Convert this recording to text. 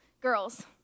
Girls